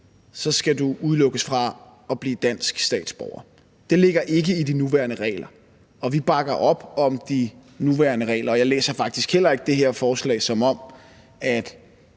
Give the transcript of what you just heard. skal du udelukkes fra at blive dansk statsborger. Det ligger ikke i de nuværende regler, og vi bakker op om de nuværende regler. Og jeg læser faktisk heller ikke det forslag, som om al